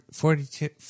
forty-two